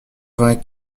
vingt